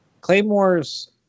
Claymores